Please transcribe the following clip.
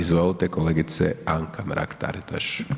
Izvolite kolegice Anka Mrak-Taritaš.